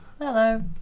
Hello